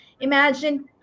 imagine